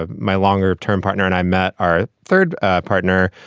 ah my longer term partner and i met our third ah partner,